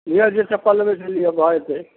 लिअ जे चप्पल लेबै से लिअ भऽ जेतै